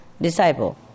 disciple